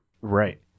Right